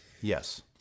Yes